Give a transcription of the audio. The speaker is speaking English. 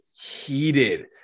heated